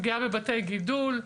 פגיעה בבתי גידול,